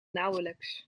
nauwelijks